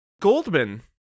Goldman